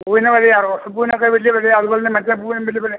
പൂവിന് വിലയാ റോസപ്പൂവിനൊക്കെ വലിയ വിലയാ അതുപോലെത്തന്നെ മറ്റേ പൂവിനും വലിയ വിലയാ